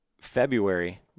February